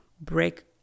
break